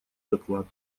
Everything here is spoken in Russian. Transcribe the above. доклад